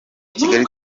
kigali